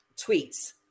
tweets